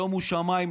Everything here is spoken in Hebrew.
שומו שמיים,